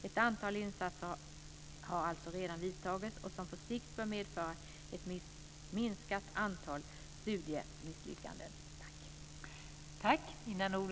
Ett antal insatser har alltså redan vidtagits som på sikt bör medföra ett minskat antal studiemisslyckanden.